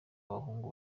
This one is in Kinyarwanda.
abahungu